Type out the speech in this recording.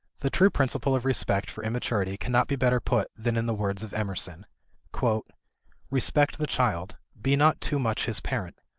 the true principle of respect for immaturity cannot be better put than in the words of emerson respect the child. be not too much his parent.